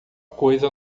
coisa